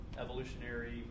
evolutionary